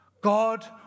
God